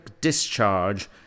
discharge